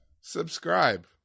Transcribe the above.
subscribe